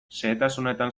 xehetasunetan